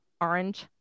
Orange